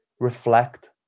reflect